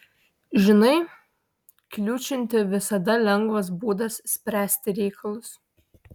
žinai kliūčinti visada lengvas būdas spręsti reikalus